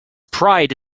pride